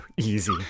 easy